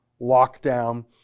lockdown